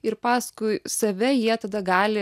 ir paskui save jie tada gali